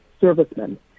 servicemen